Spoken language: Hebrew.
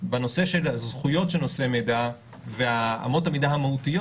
בנושא של הזכויות של נושא מידע ואמות המידה המהותיות